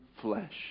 flesh